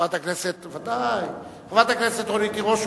חברת הכנסת רונית תירוש,